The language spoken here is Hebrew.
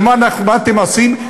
ומה אתם עושים?